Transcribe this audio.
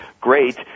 Great